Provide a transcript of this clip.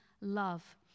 love